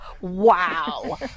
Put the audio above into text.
Wow